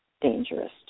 dangerous